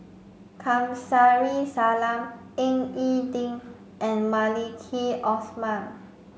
Kamsari Salam Ying E Ding and Maliki Osman